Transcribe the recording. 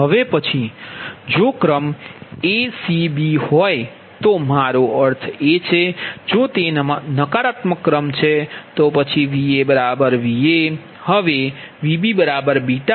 હવે પછી જો ક્રમ a c b હોય તો મારો અર્થ તે છે જો તે નકારાત્મક ક્રમ છે તો પછી VaVa હવેVbβVa અને Vc2Va